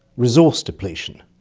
resource depletion,